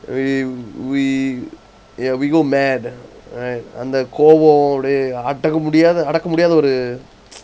we we ya we go mad right அந்த கோவம் அப்படியே அடக்கமுடியாத அடக்கமுடியாத ஒரு:antha kovam appadiye adakkamudiyatha adakkamudiyatha oru